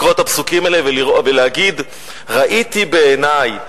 לקרוא את הפסוקים האלה ולהגיד: ראיתי בעיני,